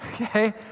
Okay